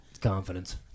confidence